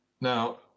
Now